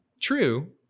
True